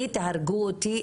תהרגו אותי,